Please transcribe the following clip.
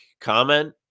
comment